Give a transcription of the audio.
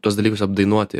tuos dalykus apdainuoti